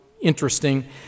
interesting